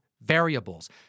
variables